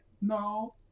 No